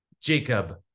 Jacob